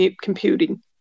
computing